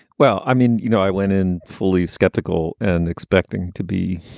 well, i mean, you know, i went in fully skeptical and expecting to be,